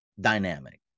dynamic